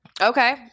Okay